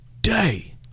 day